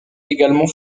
également